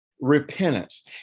repentance